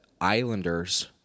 Islanders